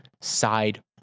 side